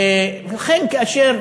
לכן, כאשר